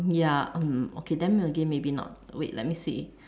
ya um okay then again maybe not wait let me see